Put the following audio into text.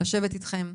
לשבת אתכם.